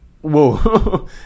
Whoa